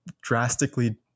drastically